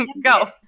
Go